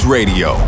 Radio